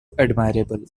admirable